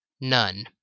none